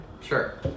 Sure